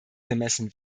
gemessen